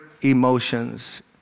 emotions